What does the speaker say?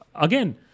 again